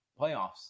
playoffs